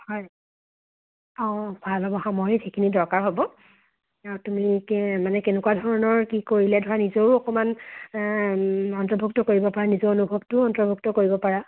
হয় অ' ভাল হ'ব সামৰণিত সেইখিনি দৰকাৰ হ'ব তুমি কে মানে কেনেকুৱা ধৰণৰ কি কৰিলে ধৰা নিজৰো অকণমান অন্তৰ্ভুক্ত কৰিব পাৰা নিজৰ অনুভৱটোও অন্তৰ্ভুক্ত কৰিব পাৰা